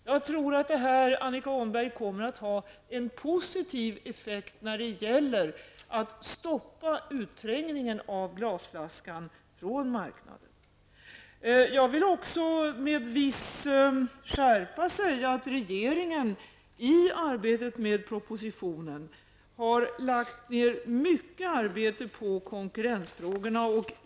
Jag tror att förslaget, Annika Åhnberg, kommer att ha en positiv effekt när det gäller att stoppa utträngningen av glasflaskan från marknaden. Med viss skärpa vill jag säga att regeringen i arbetet med propositionen har lagt ned stor möda på konkurrensfrågorna.